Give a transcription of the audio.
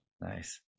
nice